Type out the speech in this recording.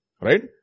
Right